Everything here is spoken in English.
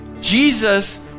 Jesus